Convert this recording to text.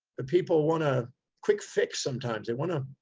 the people want a quick fix. sometimes they want to,